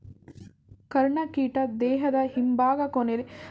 ಕರ್ಣಕೀಟ ದೇಹದ ಹಿಂಭಾಗ ಕೊನೆಲಿ ಕೊಂಡಿಗಳಿವೆ ಇದರಿಂದಾಗಿ ಕೊಂಡಿಕೀಟ ಅಥವಾ ಕೊಂಡಿಹುಳು ಅಂತ ಕರೀತಾರೆ